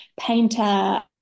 painter